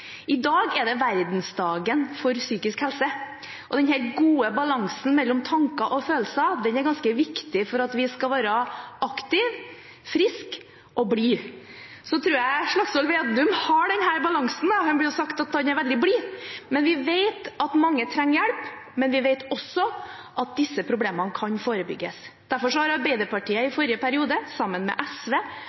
I dag er det Verdensdagen for psykisk helse. Den gode balansen mellom tanker og følelser er ganske viktig for at vi skal være aktive, friske og blide. Jeg tror Slagsvold Vedum har den balansen, det blir sagt at han er veldig blid, men vi vet at mange trenger hjelp. Vi vet også at disse problemene kan forebygges. Derfor har Arbeiderpartiet i forrige periode sammen med SV